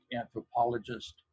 anthropologist